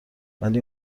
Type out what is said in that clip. ولی